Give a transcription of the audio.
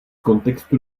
kontextu